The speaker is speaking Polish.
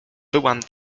byłam